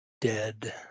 dead